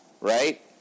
right